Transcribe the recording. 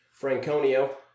Franconio